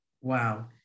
Wow